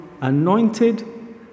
anointed